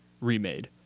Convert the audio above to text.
remade